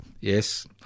Yes